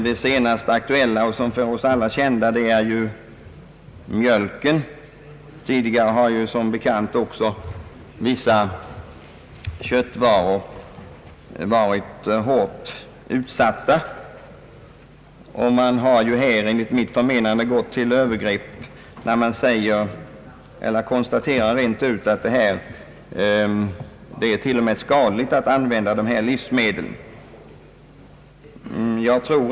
Det senast aktuella och för oss alla kända exemplet är ju mjölken. Tidigare har som bekant också vissa köttvaror varit hårt utsatta. Enligt mitt förmenande har man gått till överdrift när man rent av påstår att det till och med är skadligt att använda dessa livsmedel.